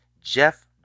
Jeff